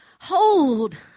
Hold